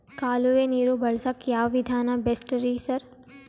ಕಾಲುವೆ ನೀರು ಬಳಸಕ್ಕ್ ಯಾವ್ ವಿಧಾನ ಬೆಸ್ಟ್ ರಿ ಸರ್?